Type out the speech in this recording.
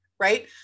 right